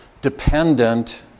dependent